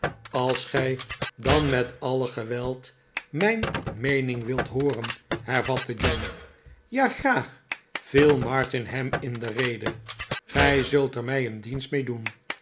als gij dan met alle geweld mijn meening wilt hooren hervatte john ja graag viel martin hem in de rede gij zult er mij een dienst mee doen